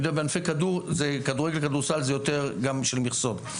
בענפי כדור זה יותר עניין של מכסות.